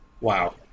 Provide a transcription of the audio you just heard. Wow